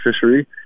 fishery